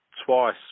twice